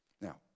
Now